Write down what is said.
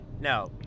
No